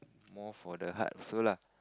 more for the heart feel lah